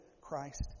Christ